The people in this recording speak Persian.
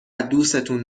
دوستون